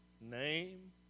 name